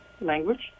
language